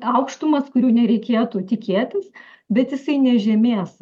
aukštumas kurių nereikėtų tikėtis bet jisai nežemės